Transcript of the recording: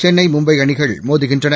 சென்னை மும்பை அணிகள் மோதுகின்றன